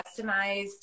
customized